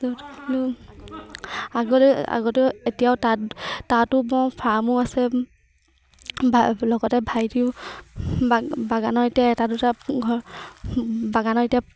আগতেও এতিয়াও তাঁত তাঁতো বওঁ ফাৰ্মো আছে লগতে ভাইটিও বাগানৰ এতিয়া এটা দুটা ঘৰ বাগানৰ এতিয়া